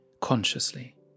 consciously